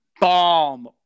bomb